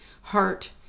heart